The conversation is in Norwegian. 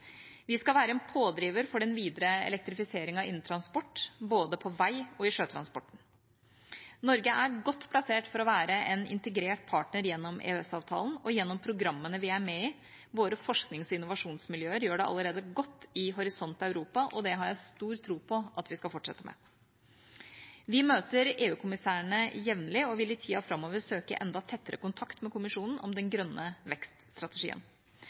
Vi skal være en pådriver for den videre elektrifiseringen innen transport, både på vei- og i sjøtransporten. Norge er godt plassert til å være en integrert partner gjennom EØS-avtalen og gjennom programmene vi er med i – våre forsknings- og innovasjonsmiljøer gjør det allerede godt i Horisont Europa, og det har jeg stor tro på at vi skal fortsette med. Vi møter EU-kommissærene jevnlig og vil i tida framover søke enda tettere kontakt med Kommisjonen om den grønne vekststrategien.